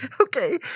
Okay